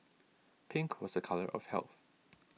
pink was a colour of health